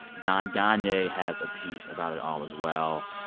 don gonyea has a piece about it all, as well.